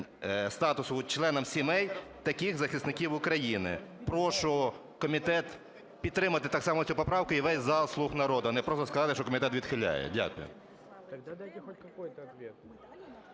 статусу членам сімей таких захисників України. Прошу комітет підтримати так само цю поправку і весь зал "слуг народу", а не просто сказати, що комітет відхиляє. Дякую.